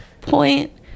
point